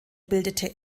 bildete